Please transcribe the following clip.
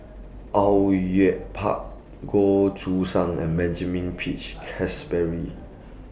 Au Yue Pak Goh Choo San and Benjamin Peach Keasberry